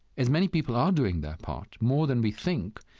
as many people are doing their part, more than we think,